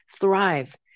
thrive